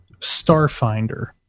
Starfinder